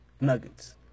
Nuggets